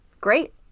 Great